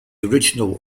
original